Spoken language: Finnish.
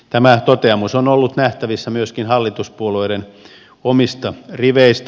tämä toteamus on ollut nähtävissä myöskin hallituspuolueiden omista riveistä